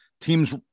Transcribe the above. teams